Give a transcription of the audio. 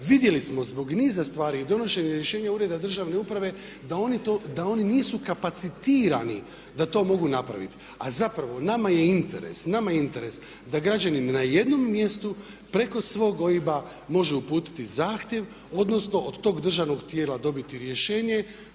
Vidjeli smo zbog niza stvari i donošenje rješenja ureda državne uprave da oni to, da oni nisu kapacitirani da to mogu napraviti, a zapravo nama je interes, nama je interes da građani na jednom mjestu preko svog OIB-a može uputiti zahtjev odnosno od tog državnog tijela dobiti rješenje,